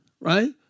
right